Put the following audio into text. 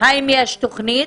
האם יש תוכנית.